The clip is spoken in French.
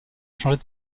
changer